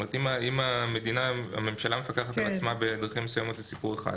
אם הממשלה מפקחת על עצמה בדרכים מסוימות זה סיפור אחד,